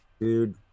Dude